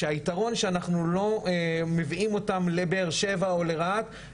היתרון הוא שאנחנו לא מביאים אותן לבאר שבע או לרהט,